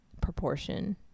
proportion